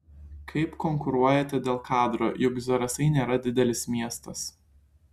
kaip konkuruojate dėl kadro juk zarasai nėra didelis miestas